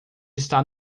está